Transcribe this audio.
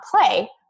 play